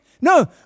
no